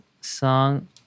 song